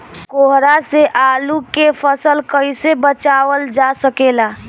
कोहरा से आलू के फसल कईसे बचावल जा सकेला?